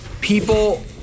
people